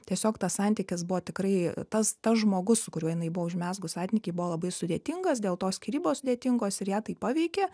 tiesiog tas santykis buvo tikrai tas tas žmogus su kuriuo jinai buvo užmezgus santykį buvo labai sudėtingas dėl to skyrybos sudėtingos ir ją tai paveikė